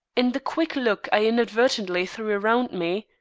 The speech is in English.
in the quick look i inadvertently threw around me,